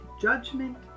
judgment